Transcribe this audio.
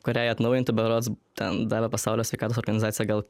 kuriai atnaujinti berods ten davė pasaulio sveikatos organizacija gal